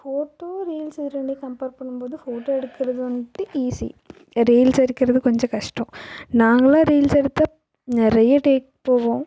photo reels இது ரெண்டையும் compare பண்ணும் போது ஃபோட்டோ எடுக்கிறது வந்துட்டு ஈஸி ரீல்ஸ் எடுக்கிறது கொஞ்சம் கஷ்டம் நாங்கெல்லாம் ரீல்ஸ் எடுத்தால் நிறைய டேக் போவோம்